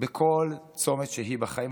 בכל צומת שהוא בחיים,